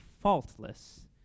faultless